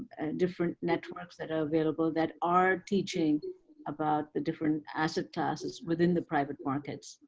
different networks that are available that are teaching about the different asset classes within the private markets,